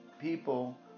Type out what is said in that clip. people